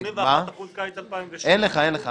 81% בקיץ 2006. אין לך.